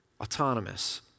Autonomous